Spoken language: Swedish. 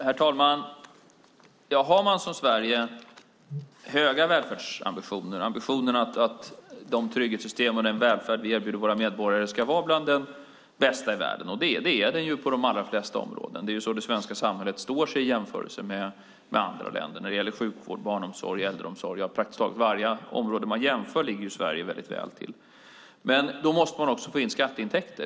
Herr talman! Vi har i Sverige höga välfärdsambitioner och ambitionen att de trygghetssystem och den välfärd vi erbjuder våra medborgare ska vara bland de bästa i världen. Det är den också på de allra flesta områden. Det är så det svenska samhället står sig i jämförelse med andra länder när det gäller sjukvård, barnomsorg och äldreomsorg. På praktiskt taget varje område man jämför ligger Sverige väldigt väl till. Då måste man också få in skatteintäkter.